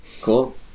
Cool